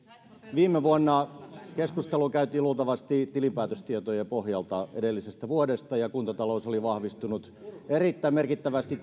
viime vuonna keskustelua käytiin luultavasti tilinpäätöstietojen pohjalta edellisestä vuodesta ja kuntatalous oli vahvistunut erittäin merkittävästi